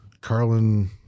Carlin